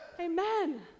Amen